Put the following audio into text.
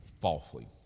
falsely